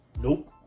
nope